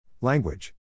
Language